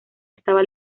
estaba